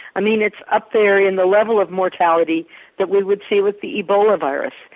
i mean it's up there in the level of mortality that we would see with the ebola virus.